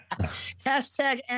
hashtag